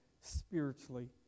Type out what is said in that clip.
spiritually